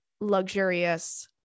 luxurious